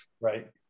right